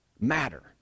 matter